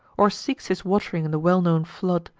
or seeks his wat'ring in the well-known flood,